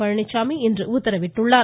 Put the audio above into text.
பழனிச்சாமி இன்று உத்தரவிட்டுள்ளார்